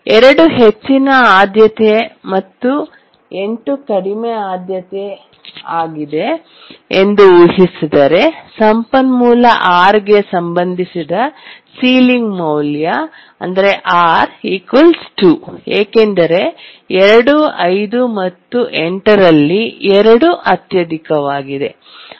2 ಹೆಚ್ಚಿನ ಆದ್ಯತೆ ಮತ್ತು 8 ಕಡಿಮೆ ಆದ್ಯತೆಯಾಗಿದೆ ಎಂದು ಊಹಿಸಿದರೆ ಸಂಪನ್ಮೂಲ R ಗೆ ಸಂಬಂಧಿಸಿದ ಸೀಲಿಂಗ್ ಮೌಲ್ಯ R 2 ಏಕೆಂದರೆ 2 5 ಮತ್ತು 8 ರಲ್ಲಿ 2 ಅತ್ಯಧಿಕವಾಗಿದೆ